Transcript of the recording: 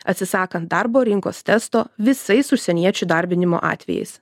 atsisakant darbo rinkos testo visais užsieniečių įdarbinimo atvejais